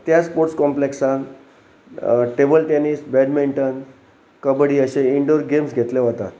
त्या स्पोर्ट्स कॉम्प्लेक्सान table tennis badminton kabaddi अशे इंडोर गेम्स घेतले वतात